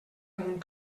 amunt